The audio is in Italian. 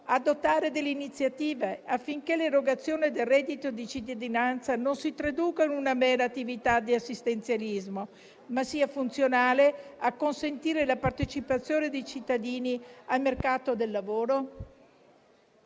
adottare iniziative affinché l'erogazione del reddito di cittadinanza non si traduca in una mera attività di assistenzialismo, ma sia funzionale a consentire la partecipazione dei cittadini al mercato del lavoro?